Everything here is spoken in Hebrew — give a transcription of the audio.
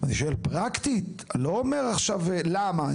אני שואל פרקטית לא אומר עכשיו למה,